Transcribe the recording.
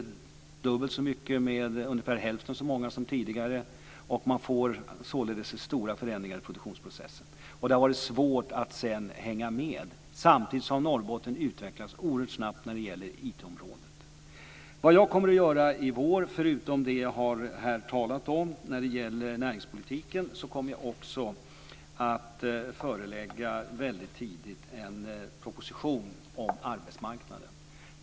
Man producerar dubbelt så mycket med ungefär hälften så många som tidigare och får således stora förändringar i produktionsprocessen. Det har varit svårt att hänga med. Samtidigt har Norrbotten utvecklats oerhört snabbt inom IT-området. Vad jag kommer att göra i vår, förutom det jag här har talat om när det gäller näringspolitiken, är att väldigt tidigt förelägga en proposition om arbetsmarknaden.